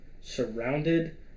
surrounded